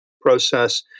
process